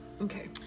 okay